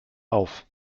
auf